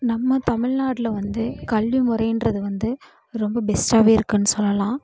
நம்ம தமிழ்நாட்டில் வந்து கல்வி முறை என்றது வந்து ரொம்ப பெஸ்ட்டாகவே இருக்குன்னு சொல்லலாம்